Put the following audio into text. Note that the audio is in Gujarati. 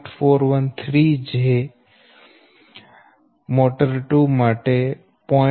413 pu મોટર 2 માટે j0